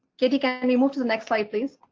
katie, can and you move to the next slide, please?